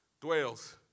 dwells